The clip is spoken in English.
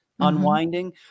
unwinding